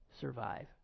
survive